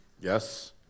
Yes